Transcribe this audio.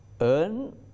earn